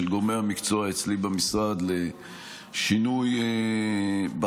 של גורמי המקצוע אצלי במשרד לשינוי בחקיקה.